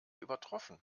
übertroffen